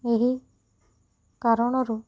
ଏହି କାରଣରୁ